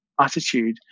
attitude